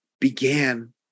began